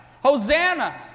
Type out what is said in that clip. Hosanna